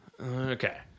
Okay